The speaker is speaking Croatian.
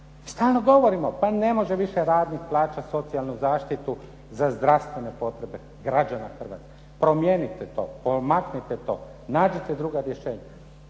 Stalno govorimo pa ne može više radnik plaćat socijalnu zaštitu za zdravstvene potrebe građana Hrvatske. Promijenite to, pomaknite to, nađite druga rješenja.